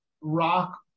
rock